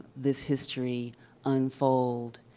this history unfold